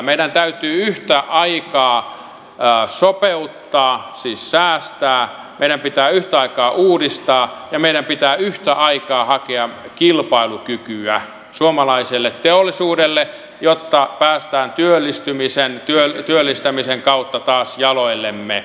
meidän täytyy yhtä aikaa sopeuttaa siis säästää meidän pitää yhtä aikaa uudistaa ja meidän pitää yhtä aikaa hakea kilpailukykyä suomalaiselle teollisuudelle jotta pääsemme työllistämisen kautta taas jaloillemme